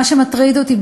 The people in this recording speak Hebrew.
מה שמטריד אותי,